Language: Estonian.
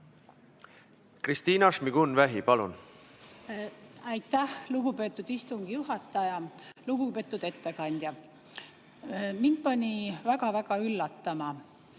Kristina Šmigun-Vähi, palun! Aitäh, lugupeetud istungi juhataja! Lugupeetud ettekandja! Mind pani väga-väga üllatuma